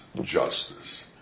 justice